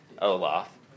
Olaf